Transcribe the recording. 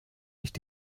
nicht